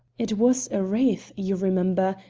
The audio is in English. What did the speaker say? it was a wraith, you remember,